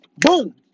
Boom